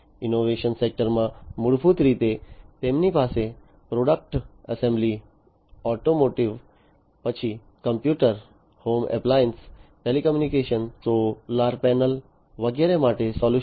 innovation સેક્ટરમાં મૂળભૂત રીતે તેમની પાસે પ્રોડક્ટ એસેમ્બલી ઓટોમોટિવ પછી computer home appliance telecommunication solar panel વગેરે માટે સોલ્યુશન્સ છે